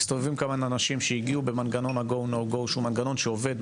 מסתובבים כמה ננשים שהגיעו במנגנון ה-"Go/no-go" שהוא מנגנון שעובד,